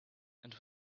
and